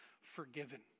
forgiven